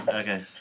Okay